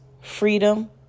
freedom